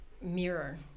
mirror